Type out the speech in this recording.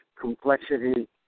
complexity